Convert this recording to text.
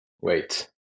Wait